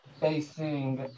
facing